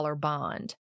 bond